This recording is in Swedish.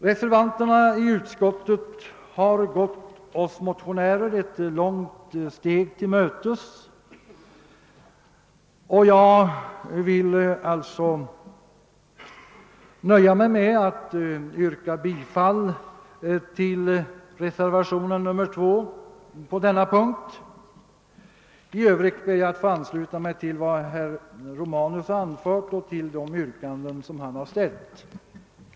Reservanterna i utskottet har gått oss motionärer ett långt steg till mötes, och jag vill nöja mig med att yrka bifall till reservation 2 på denna punkt. I övrigt ber jag ait få ansluta mig till vad herr Romanus anfört och till de yrkanden som han har ställt. "propositionen blivit ännu en gång upp